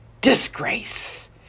disgrace